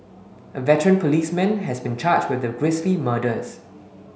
a veteran policeman has been charged with the grisly murders